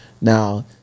Now